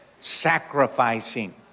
Sacrificing